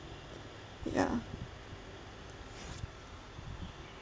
ya